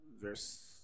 verse